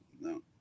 no